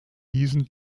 diesen